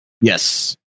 Yes